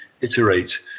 iterate